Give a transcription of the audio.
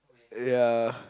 ya